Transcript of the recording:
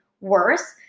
worse